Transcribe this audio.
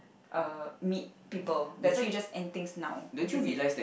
uh meet people that's why you just end things now is it